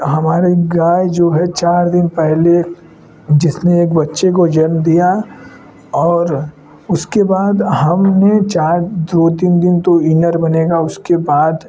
हमारे गाय जो है चार दिन पहले जिसने एक बच्चे को जन्म दिया और उसके बाद हमने चार दो तीन दिन तो इनर बनेगा उसके बाद